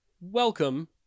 welcome